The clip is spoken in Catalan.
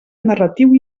narratiu